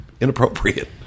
inappropriate